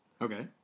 Okay